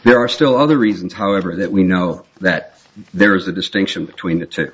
there are still other reasons however that we know that there is a distinction between the two